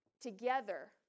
together